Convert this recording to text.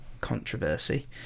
controversy